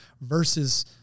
versus